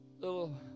little